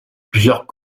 plusieurs